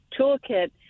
toolkit